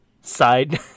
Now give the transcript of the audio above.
side